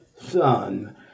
son